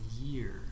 year